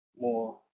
more